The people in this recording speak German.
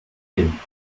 gehen